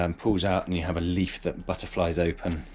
um pulls out, and you have a leaf that butterflies open,